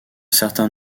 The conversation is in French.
certain